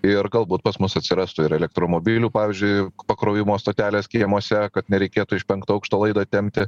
ir galbūt pas mus atsirastų ir elektromobilių pavyzdžiui pakrovimo stotelės kiemuose kad nereikėtų iš penkto aukšto laidą tempti